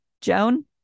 Joan